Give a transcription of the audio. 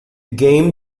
game